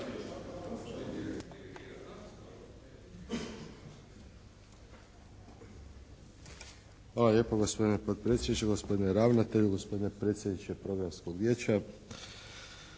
Hvala lijepo gospodine potpredsjedniče, gospodine ravnatelju, gospodine predsjedniče programskog vijeća.